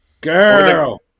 Girl